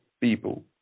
people